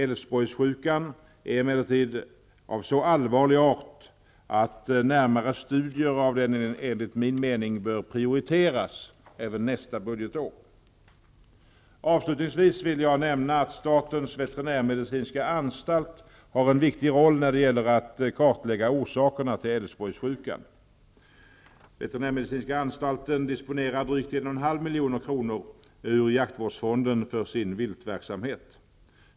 Älvsborgssjukan är emellertid av så allvarlig art att närmare studier av den enligt min mening bör prioriteras även nästa budgetår. Avslutningsvis vill jag nämna att statens veterinärmedicinska anstalt, SVA, har en viktig roll när det gäller att kartlägga orsakerna till ur jaktvårdsfonden för sin viltverksamhet.